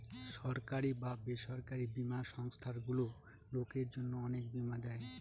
সরকারি বা বেসরকারি বীমা সংস্থারগুলো লোকের জন্য অনেক বীমা দেয়